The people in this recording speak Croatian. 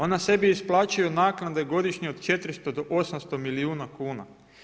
Ona sebi isplaćuju naknade godišnje od 400 do 800 milijuna kuna.